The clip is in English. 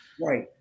Right